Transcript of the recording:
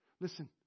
Listen